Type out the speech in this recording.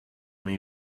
may